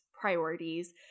priorities